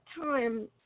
time